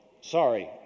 Sorry